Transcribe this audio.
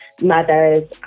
mothers